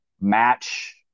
match